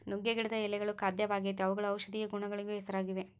ನುಗ್ಗೆ ಗಿಡದ ಎಳೆಗಳು ಖಾದ್ಯವಾಗೆತೇ ಅವುಗಳು ಔಷದಿಯ ಗುಣಗಳಿಗೂ ಹೆಸರಾಗಿವೆ